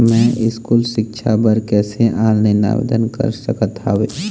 मैं स्कूल सिक्छा बर कैसे ऑनलाइन आवेदन कर सकत हावे?